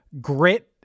grit